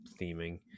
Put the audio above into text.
theming